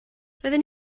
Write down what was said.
roedden